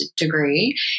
degree